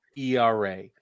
ERA